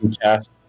cast